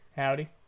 Howdy